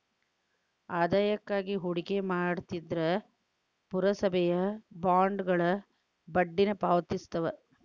ಆದಾಯಕ್ಕಾಗಿ ಹೂಡಿಕೆ ಮಾಡ್ತಿದ್ರ ಪುರಸಭೆಯ ಬಾಂಡ್ಗಳ ಬಡ್ಡಿನ ಪಾವತಿಸ್ತವ